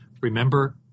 remember